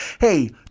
Hey